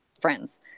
friends